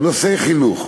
נושאי חינוך.